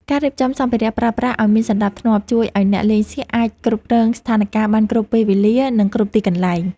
ការរៀបចំសម្ភារៈប្រើប្រាស់ឱ្យមានសណ្តាប់ធ្នាប់ជួយឱ្យអ្នកលេងសៀកអាចគ្រប់គ្រងស្ថានការណ៍បានគ្រប់ពេលវេលា និង គ្រប់ទីកន្លែង។